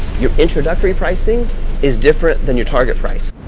your introductory pricing is different than your target price.